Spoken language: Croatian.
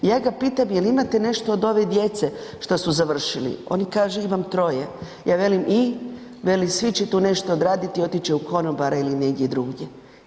I ja ga pitam jel imate nešto od ove djece što su završili, oni kažu imam troje, ja velim i, veli će svi tu nešto odraditi ili otići će u konobare ili negdje drugdje.